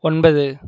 ஒன்பது